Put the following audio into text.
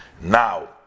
now